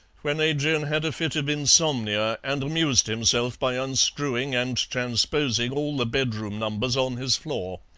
when adrian had a fit of insomnia and amused himself by unscrewing and transposing all the bedroom numbers on his floor.